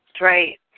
right